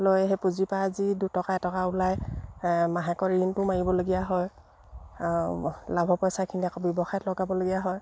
লৈ সেই পুঁজিৰপৰা যি দুটকা এটকা ওলাই মাহেকৰ ঋণটো মাৰিবলগীয়া হয় আৰু লাভৰ পইচাখিনি আকৌ ব্যৱসায়ত লগাবলগীয়া হয়